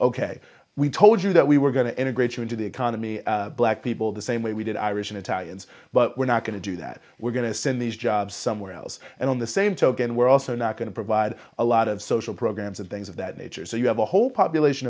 ok we told you that we were going to integrate you into the economy black people the same way we did irish and italians but we're not going to do that we're going to send these jobs somewhere else and on the same token we're also not going to provide a lot of social programs and things of that nature so you have a whole population